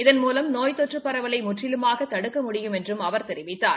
இதன்மூலம் நோய் தொற்று பரவலை முற்றிலுமாக தடுக்க முடியும் என்றும் அவர் தெரிவித்தார்